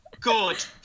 good